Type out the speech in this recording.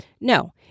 No